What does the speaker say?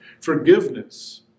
Forgiveness